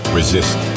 resist